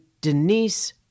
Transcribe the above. Denise